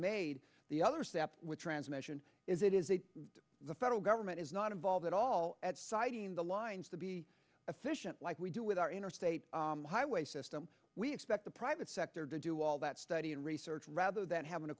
made the other step which transmission is it is a the federal government is not involved at all at citing the lines to be efficient like we do with our interstate highway system we expect the private sector to do all that study and research rather than having a